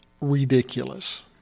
ridiculous